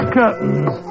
curtains